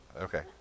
Okay